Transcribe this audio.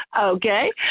Okay